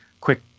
quick